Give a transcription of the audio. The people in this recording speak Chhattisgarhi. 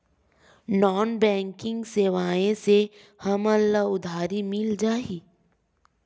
नॉन बैंकिंग सेवाएं से हमला उधारी मिल जाहि?